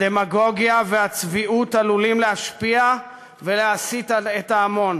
הדמגוגיה והצביעות עלולות להשפיע ולהסית את ההמון,